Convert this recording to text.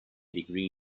degree